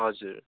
हजुर